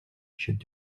should